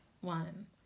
one